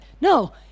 No